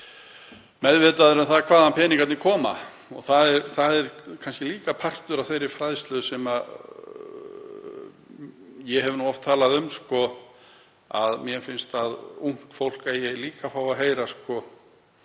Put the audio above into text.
meðvitaðir um það hvaðan peningarnir koma. Það er kannski líka partur af þeirri fræðslu sem ég hef oft talað um, mér finnst að ungt fólk eigi líka að fá að heyra hvað